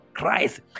Christ